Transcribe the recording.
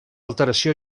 alteració